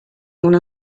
una